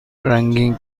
رنگین